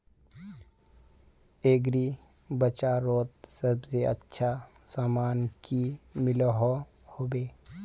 Agri बजारोत सबसे अच्छा सामान की मिलोहो होबे?